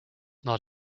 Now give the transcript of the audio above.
not